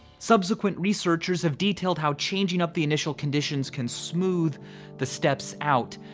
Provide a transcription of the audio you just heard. subsequent researchers have detailed how changing up the initial conditions can smooth the steps out.